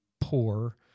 poor